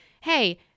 hey